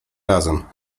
razem